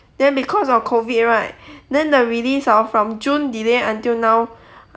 then because of COVID right then the release hor from june delay until now